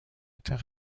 était